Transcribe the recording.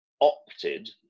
opted